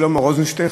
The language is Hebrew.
שלמה רוזנשטיין,